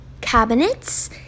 cabinets